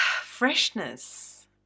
freshness